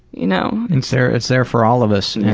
you know it's there it's there for all of us and